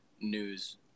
news